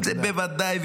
בוודאי.